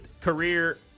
career